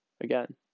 again